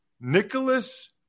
Nicholas